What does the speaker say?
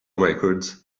records